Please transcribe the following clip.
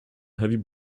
heavy